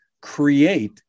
create